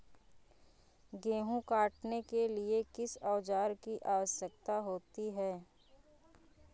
गेहूँ काटने के लिए किस औजार की आवश्यकता होती है?